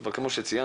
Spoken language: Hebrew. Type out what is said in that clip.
אבל כמו שציינתי,